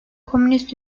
komünist